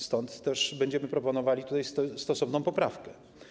Stąd też będziemy proponowali stosowną poprawkę.